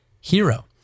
hero